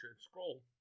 scroll